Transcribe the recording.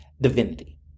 Divinity